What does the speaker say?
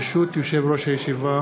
ברשות יושב-ראש הישיבה,